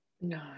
no